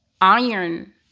iron